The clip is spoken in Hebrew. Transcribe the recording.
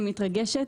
אני מתרגשת,